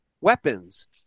weapons